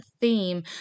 theme